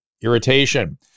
irritation